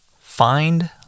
find